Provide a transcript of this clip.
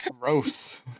Gross